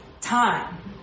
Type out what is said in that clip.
time